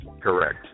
Correct